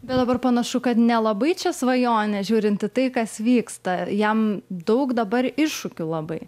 bet dabar panašu kad nelabai čia svajonė žiūrinti į tai kas vyksta jam daug dabar iššūkių labai